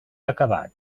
acabat